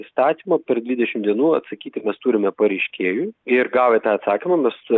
įstatymą per dvidešim dienų atsakyti mes turime pareiškėjui ir gavę tą atsakymą mes